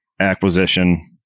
acquisition –